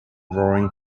warren